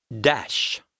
Dash